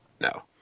no